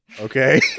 okay